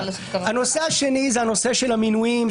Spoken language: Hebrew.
הנושא השני זה הנושא של המינויים,